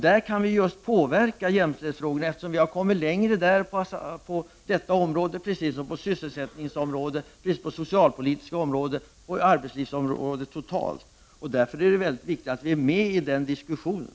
Där kan vi påverka jämställdhetsfrågor, eftersom vi har kommit längre på detta område, precis som på sysselsättningsområdet, på det socialpolitiska området och på arbetslivsområdet totalt sett. Därför är det väldigt viktigt att vi är med i den diskussionen.